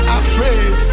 afraid